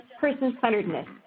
person-centeredness